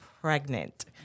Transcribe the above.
pregnant